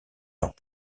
leurs